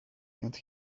and